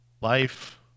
life